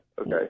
Okay